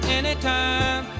anytime